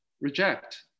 reject